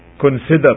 consider